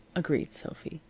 agreed sophy.